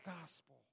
gospel